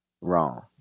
Wrong